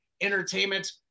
Entertainment